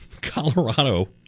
colorado